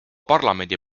parlamendi